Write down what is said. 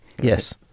yes